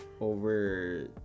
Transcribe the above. over